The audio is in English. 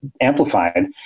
Amplified